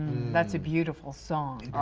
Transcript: that's a beautiful song.